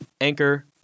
Anchor